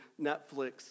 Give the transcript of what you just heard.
Netflix